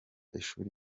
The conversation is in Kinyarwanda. ishuri